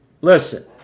Listen